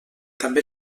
també